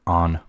on